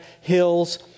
hills